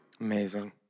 Amazing